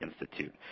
Institute